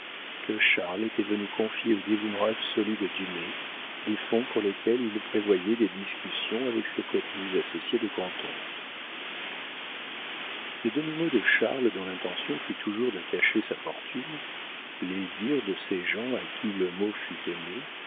que charles était venu confier au dévouement absolu de dumay des fonds pour lesquels il prévoyait des discussions avec ses prétendus associés de canton les demi-mots de charles dont l'intention fut toujours de cacher sa fortune les dires de ses gens à qui le mot fut donné